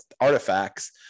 artifacts